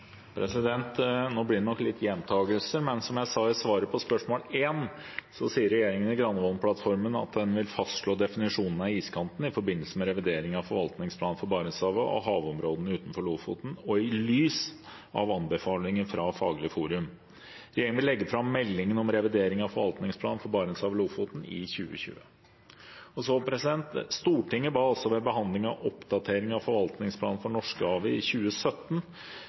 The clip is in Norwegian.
rådene?» Nå blir det nok litt gjentagelse, men som jeg sa i svaret på spørsmål 1, sier regjeringen i Granavolden-plattformen at den vil fastslå definisjonen av iskanten i forbindelse med revidering av forvaltningsplanen for Barentshavet og havområdene utenfor Lofoten – og i lys av anbefalinger fra Faglig forum. Regjeringen vil legge fram meldingen om revidering av forvaltningsplan for Barentshavet og Lofoten i 2020. Og så: Stortinget ba også ved behandlingen av Meld. St. 35 for 2016–2017, Oppdatering av forvaltningsplanen for Norskehavet, i 2017